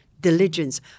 diligence